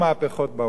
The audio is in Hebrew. לטוב ולרע.